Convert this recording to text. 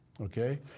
Okay